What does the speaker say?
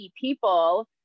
people